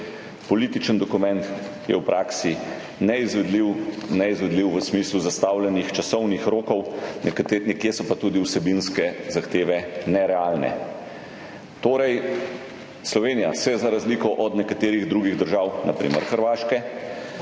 političen dokument, je v praksi neizvedljiv. Neizvedljiv v smislu zastavljenih časovnih rokov, ponekod so pa tudi vsebinske zahteve nerealne. Torej, Slovenija se, za razliko od nekaterih drugih držav, na primer Hrvaške,